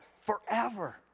forever